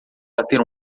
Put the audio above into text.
bater